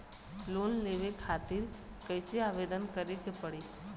Loan लेवे खातिर कइसे आवेदन करें के पड़ी?